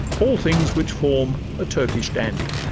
all things which form a turkish dandy.